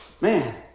Man